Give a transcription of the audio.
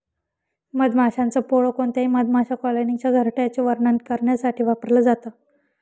मधमाशांच पोळ कोणत्याही मधमाशा कॉलनीच्या घरट्याचे वर्णन करण्यासाठी वापरल जात